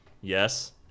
Yes